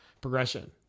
progression